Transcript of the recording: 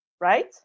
right